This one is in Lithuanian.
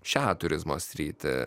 šią turizmo sritį